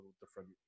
different